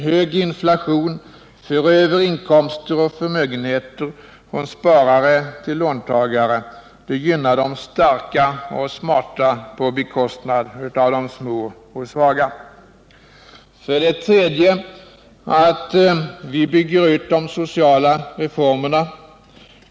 Hög inflation för över inkomster och förmögenheter från sparare till låntagare. Det gynnar de starka och smarta på bekostnad av de små och svaga. 3. Att vi bygger ut de sociala reformerna.